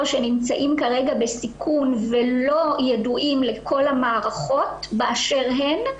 שנמצאים כרגע בסיכון ולא ידועים לכל המערכות באשר הן,